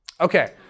Okay